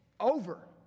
Over